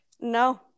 no